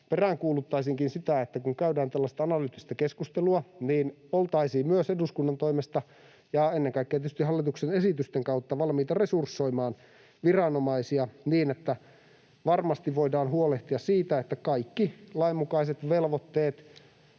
peräänkuuluttaisin sitä, että kun käydään tällaista analyyttistä keskustelua, niin oltaisiin myös eduskunnan toimesta ja ennen kaikkea tietysti hallituksen esitysten kautta valmiita resursoimaan viranomaisia niin, että varmasti voidaan huolehtia siitä, että kaikki lainmukaiset velvoitteet